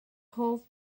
hoff